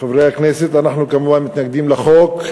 חברי הכנסת, אנחנו כמובן מתנגדים לחוק.